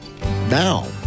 now